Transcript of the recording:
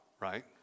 right